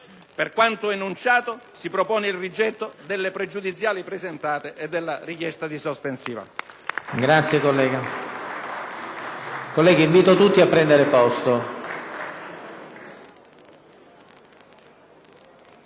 per quanto enunciato, si propone il rigetto delle pregiudiziali presentate e della richiesta di sospensiva.